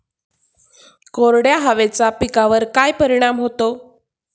कोरड्या हवेचा पिकावर काय परिणाम होतो?